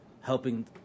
helping